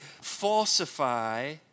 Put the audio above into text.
falsify